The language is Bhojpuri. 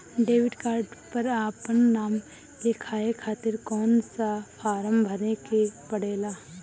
डेबिट कार्ड पर आपन नाम लिखाये खातिर कौन सा फारम भरे के पड़ेला?